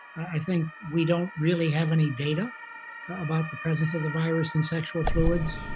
i think we don't really have any data about the presence of the virus in sexual fluids.